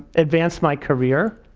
advance my career.